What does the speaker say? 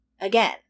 Again